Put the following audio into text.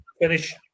finish